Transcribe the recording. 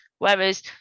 Whereas